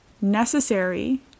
necessary